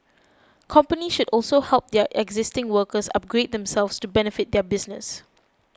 companies should also help their existing workers upgrade themselves to benefit their business